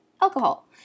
alcohol